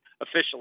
officially